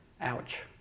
Ouch